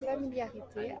familiarité